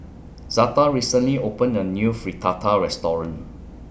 Zada recently opened A New Fritada Restaurant